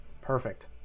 Perfect